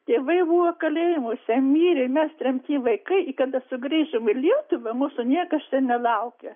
tėvai buvo kalėjimuose mirė mes tremty vaikai ir kada sugrįžom į lietuvą mūsų niekas čia nelaukė